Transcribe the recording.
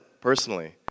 personally